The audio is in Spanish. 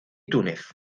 túnez